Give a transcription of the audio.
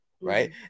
right